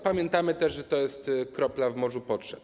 Pamiętamy też, że to jest kropla w morzu potrzeb.